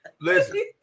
Listen